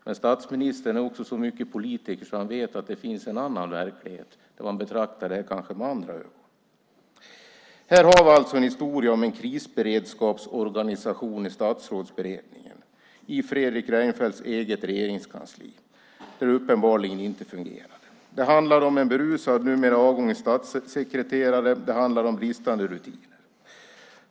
Men statsministern är också så mycket politiker att han vet att det finns en annan verklighet, där man betraktar detta med andra ögon. Här har vi alltså en historia om en krisberedskapsorganisation i Statsrådsberedningen, i Fredrik Reinfeldts eget regeringskansli, som uppenbarligen inte fungerade. Det handlar om en berusad, numera avgången, statssekreterare och om bristande rutiner.